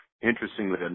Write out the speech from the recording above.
Interestingly